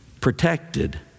protected